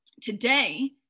today